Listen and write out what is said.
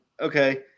okay